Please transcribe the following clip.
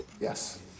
Yes